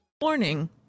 warning